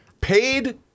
paid